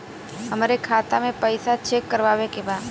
हमरे खाता मे पैसा चेक करवावे के बा?